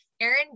Aaron